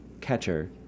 catcher